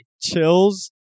Chills